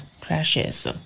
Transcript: crashes